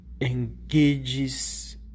engages